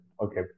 Okay